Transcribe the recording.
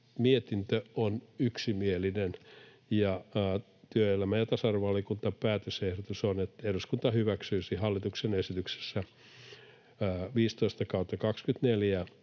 Mietintö on yksimielinen. Työelämä- ja tasa-arvovaliokunnan päätösehdotus on, että eduskunta hyväksyy hallituksen esityksessä 15/2024